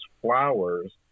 flowers